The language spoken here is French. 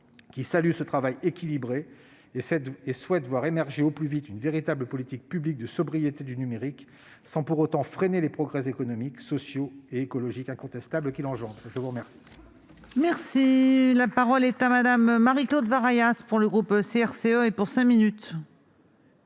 qui salue ce travail équilibré et souhaite voir émerger au plus vite une véritable politique publique de sobriété du numérique, sans pour autant freiner les progrès économiques, sociaux et écologiques incontestables qu'il engendre. La parole est à Mme Marie-Claude Varaillas. Madame la présidente,